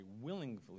willingly